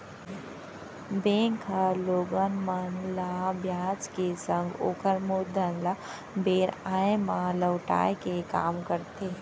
bank ह लोगन मन ल बियाज के संग ओकर मूलधन ल बेरा आय म लहुटाय के काम करथे